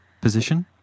position